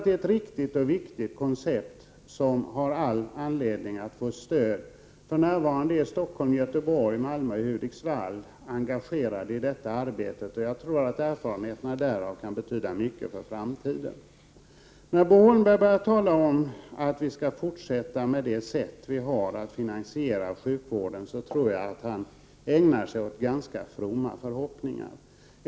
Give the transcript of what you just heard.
Det är ett riktigt och viktigt koncept, som det finns all anledning att stödja. För närvarande är Stockholm, Göteborg, Malmö och Hudiksvall engagerade i detta arbete, och jag tror att erfarenheterna därav kan betyda mycket för framtiden. När Bo Holmberg börjar tala om att vi skall fortsätta det nuvarande sättet att finansiera sjukvården tror jag att han ägnar sig åt ganska fromma förhoppningar.